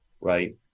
right